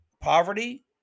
poverty